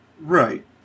Right